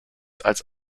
als